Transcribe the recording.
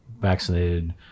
vaccinated